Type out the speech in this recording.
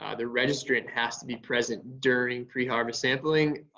ah the registrant has to be present during pre-harvest sampling.